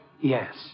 Yes